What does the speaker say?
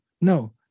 no